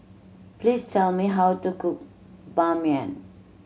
please tell me how to cook Ban Mian